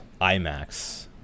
imax